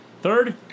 third